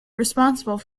responsible